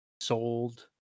sold